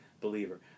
believer